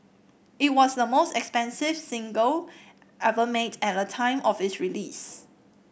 it was the most expensive single ever made at the time of its release